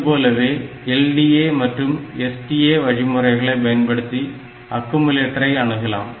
இதுபோலவே LDA மற்றும் STA வழிமுறைகளை பயன்படுத்தி அக்குமுலேட்டரை அணுகலாம்